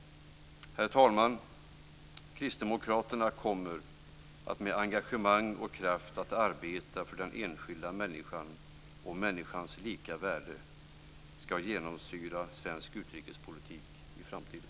Herr talman! Kristdemokraterna kommer att med engagemang och kraft arbeta för att den enskilda människan och människans lika värde ska genomsyra svensk utrikespolitik i framtiden.